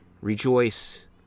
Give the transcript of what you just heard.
rejoice